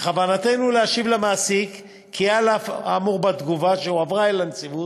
בכוונתנו להשיב למעסיק כי על אף האמור בתגובה שהועברה אל הנציבות,